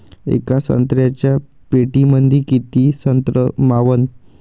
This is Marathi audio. येका संत्र्याच्या पेटीमंदी किती संत्र मावन?